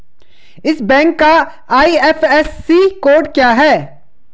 इस बैंक का IFSC code क्या है?